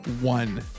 one